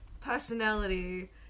personality